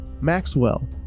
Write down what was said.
Maxwell